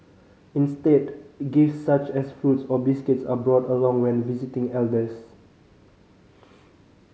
instead gifts such as fruits or biscuits are brought along when visiting elders